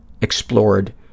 explored